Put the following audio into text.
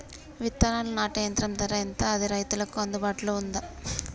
విత్తనాలు నాటే యంత్రం ధర ఎంత అది రైతులకు అందుబాటులో ఉందా?